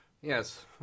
Yes